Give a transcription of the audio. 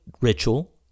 ritual